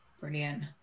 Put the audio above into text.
brilliant